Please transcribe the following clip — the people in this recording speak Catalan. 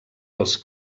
els